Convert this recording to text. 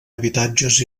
habitatges